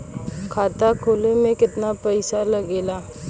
खाता खोले में कितना पैसा लगेला?